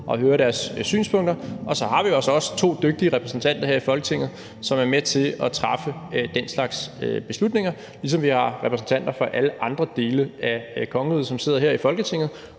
og hører deres synspunkter, og så har vi jo altså også to dygtige repræsentanter her i Folketinget, som er med til at træffe den slags beslutninger, ligesom vi har repræsentanter fra alle andre dele af kongeriget, som sidder her i Folketinget,